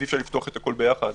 ואי אפשר לפתוח הכול יחד